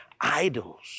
idols